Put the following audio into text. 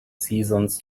seasons